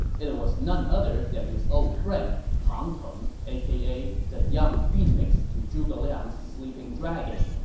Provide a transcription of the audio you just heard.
it it was none other than his old friend, pang tong, aka the young phoenix to zhuge liang's sleeping dragon.